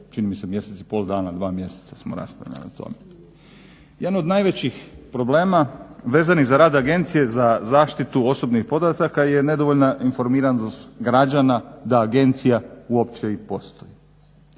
čini mi se mjesec i pol dana, dva mjeseca smo raspravljali o tome. Jedan od najvećih problema vezanih za rad Agencije za zaštitu osobnih podataka je nedovoljna informiranost građana da agencija uopće i postoji.